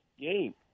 game